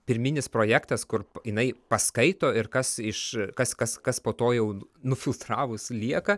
pirminis projektas kur jinai paskaito ir kas iš kas kas kas po to jau nufiltravus lieka